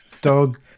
Dog